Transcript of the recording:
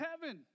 heaven